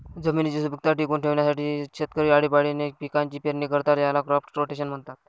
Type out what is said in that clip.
जमिनीची सुपीकता टिकवून ठेवण्यासाठी शेतकरी आळीपाळीने पिकांची पेरणी करतात, याला क्रॉप रोटेशन म्हणतात